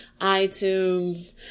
itunes